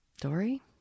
Dory